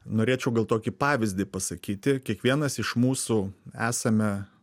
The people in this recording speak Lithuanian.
norėčiau gal tokį pavyzdį pasakyti kiekvienas iš mūsų esame